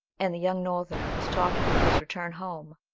and the young northerner was talking of his return home,